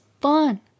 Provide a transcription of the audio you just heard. fun